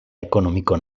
ekonomiko